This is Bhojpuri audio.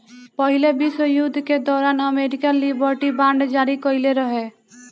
पहिला विश्व युद्ध के दौरान अमेरिका लिबर्टी बांड जारी कईले रहे